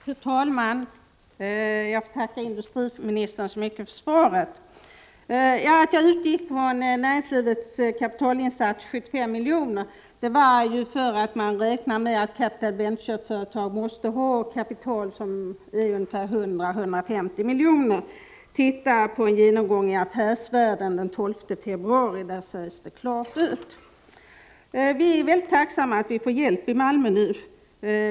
Fru talman! Jag får tacka industriministern så mycket för svaret. Att jag utgick från näringslivets kapitalinsats 75 milj.kr. beror på att man räknar med att capital venture-företag måste ha ett kapital på ungeför 150 milj.kr. Titta på en genomgång i Affärsvärlden den 12 februari, där sägs detta klart ut! Vi är mycket tacksamma att vi får hjälp i Malmö nu.